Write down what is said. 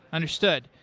understood.